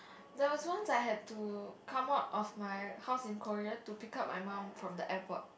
there was once I had to come out of my house in Korea to pick up my mum from the airport